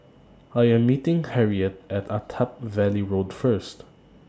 I Am meeting Harriette At Attap Valley Road First